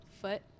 foot